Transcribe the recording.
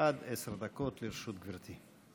עד עשר דקות לרשות, גברתי.